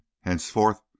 Henceforth